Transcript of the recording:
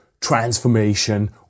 transformation